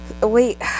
Wait